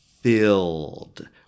filled